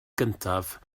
gyntaf